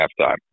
halftime